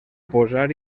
posar